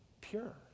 pure